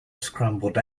scrambled